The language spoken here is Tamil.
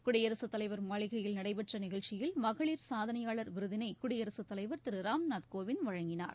குடியரசுத் தலைவர் மாளிகையில் நடைபெற்ற நிகழ்ச்சியில் மகளிர் சாதனையாளர் விருதினை குடியரசுத் தலைவர் திரு ராம்நாத் கோவிந்த் வழங்கினார்